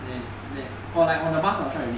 when when or like on the bus I'll try to read